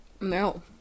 No